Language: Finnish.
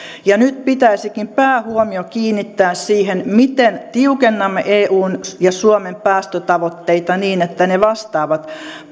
nyt pitäisikin päähuomio kiinnittää siihen miten tiukennamme eun ja suomen päästötavoitteita niin että ne vastaavat